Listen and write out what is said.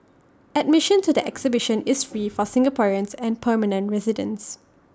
admission to the exhibition is free for Singaporeans and permanent residents